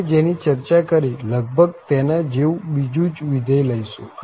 આપણે જેની ચર્ચા કરી લગભગ તેના જેવું જ બીજુ વિધેય લઈશું